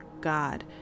God